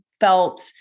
felt